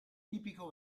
tipico